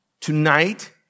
Tonight